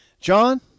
John